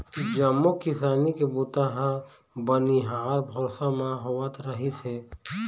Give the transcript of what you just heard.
जम्मो किसानी के बूता ह बनिहार भरोसा म होवत रिहिस हे